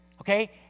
Okay